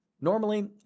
Normally